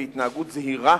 להתנהגות זהירה,